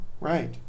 Right